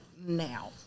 now